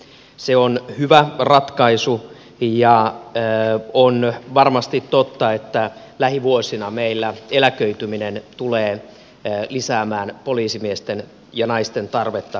se on hyvä ratkaisu ja on varmasti totta että lähivuosina meillä eläköityminen tulee lisäämään poliisimiesten ja naisten tarvetta merkittävästi